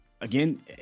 Again